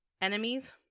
enemies